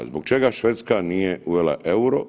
Zbog čega Švedska nije uvela EUR-o?